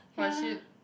was she